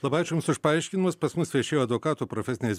labai ačiū jums už paaiškinus pas mus viešėjo advokatų profesinės